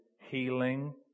healing